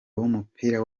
w’umupira